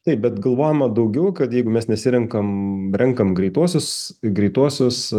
taip bet galvojama daugiau kad jeigu mes nesirenkam renkam greituosius greituosius